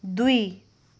दुई